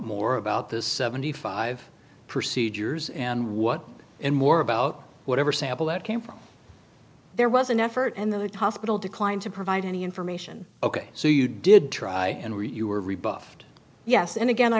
more about this seventy five procedures and what and more about whatever sample that came from there was an effort and that hospital declined to provide any information ok so you did try and read you were rebuffed yes and again i